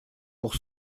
pour